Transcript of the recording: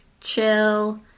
chill